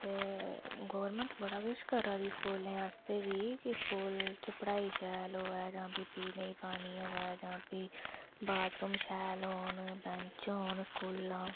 ते गोरमैंट बड़ा किश करा दी स्कूलें आस्तै की कि स्कूल च पढ़ाई शैल होऐ जां भी पीने गी पानी होऐ जां भी बाथरूम शैल होन बैंच होन स्कूलां